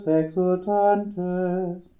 exultantes